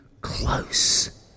close